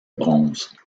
bronze